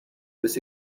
was